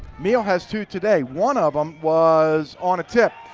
meehl has two today, one of them was on a tip.